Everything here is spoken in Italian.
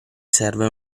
serve